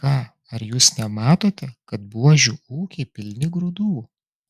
ką ar jūs nematote kad buožių ūkiai pilni grūdų